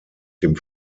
dem